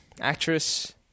Actress